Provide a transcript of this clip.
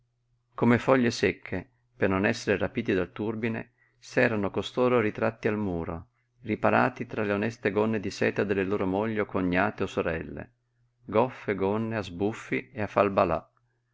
come foglie secche per non esser rapiti dal turbine s'erano costoro ritratti al muro riparati tra le oneste gonne di seta delle loro mogli o cognate o sorelle goffe gonne a sbuffi e a falbalà